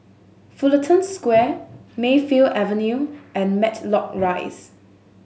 Fullerton Square Mayfield Avenue and Matlock Rise